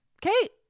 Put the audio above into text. Kate